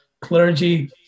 clergy